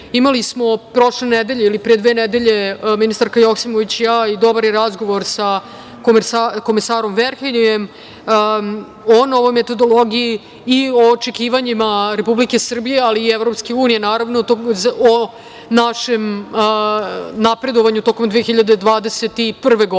Imale smo prošle nedelje ili pre dve nedelje ministarka Joksimović i ja dobar razgovor sa komesarom Verheljem o novoj metodologiji i o očekivanjima Republike Srbije, ali i Evropske unije, naravno, o našem napredovanju tokom 2021. godine. Nova